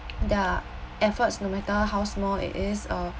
their efforts no matter how small it is uh